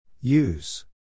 use